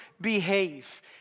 behave